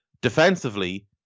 defensively